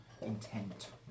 intent